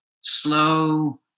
slow